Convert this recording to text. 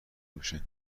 باشن